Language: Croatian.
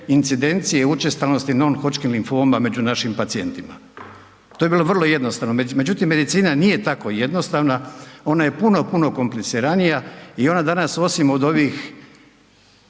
incidencije učestalosti non hodgkin limfoma među našim pacijentima, to bi bilo vrlo jednostavno. Međutim, medicina nije tako jednostavna, ona je puno, puno kompliciranija i ona danas osim od ovih